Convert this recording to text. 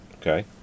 Okay